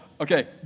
okay